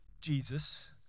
jesus